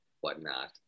whatnot